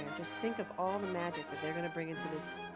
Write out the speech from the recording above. just think of all the magic that they're going to bring into this